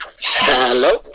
Hello